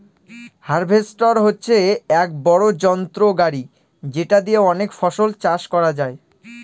harvester হচ্ছে এক বড়ো যন্ত্র গাড়ি যেটা দিয়ে অনেক ফসল চাষ করা যায়